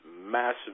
massive